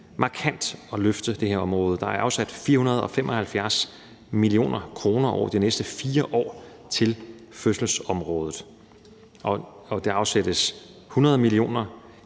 besluttet at løfte det her område markant. Der er afsat 475 mio. kr. over de næste 4 år til fødselsområdet. Og der afsættes 100 mio.